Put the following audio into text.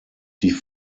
die